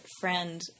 friend